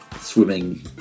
swimming